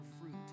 fruit